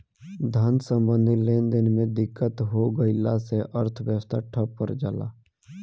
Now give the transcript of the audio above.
धन सम्बन्धी लेनदेन में दिक्कत हो गइला से अर्थव्यवस्था ठप पर जला